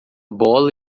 bola